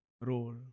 role